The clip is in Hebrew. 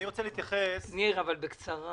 אבל בקצרה.